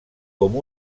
com